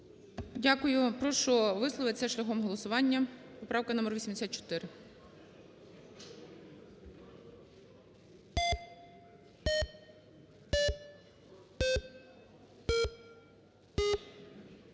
Дякую. Прошу висловитися шляхом голосування, правка номер 84.